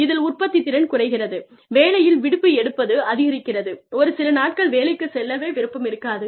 இதில் உற்பத்தி திறன் குறைகிறது வேலையில் விடுப்பு எடுப்பது அதிகரிக்கிறது ஒரு சில நாட்கள் வேலைக்கு செல்லவே விருப்பம் இருக்காது